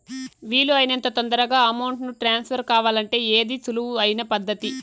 వీలు అయినంత తొందరగా అమౌంట్ ను ట్రాన్స్ఫర్ కావాలంటే ఏది సులువు అయిన పద్దతి